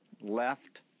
left